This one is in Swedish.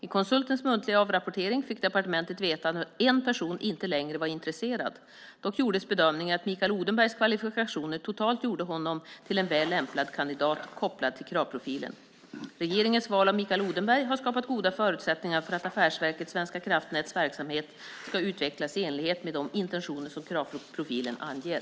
I konsultens muntliga avrapportering fick departementet veta att en person inte längre var intresserad. Dock gjordes bedömningen att Mikael Odenbergs kvalifikationer totalt gjorde honom till en väl lämpad kandidat, kopplat till kravprofilen. Regeringens val av Mikael Odenberg har skapat goda förutsättningar för att Affärsverket svenska kraftnäts verksamhet ska utvecklas i enlighet med de intentioner som kravprofilen anger.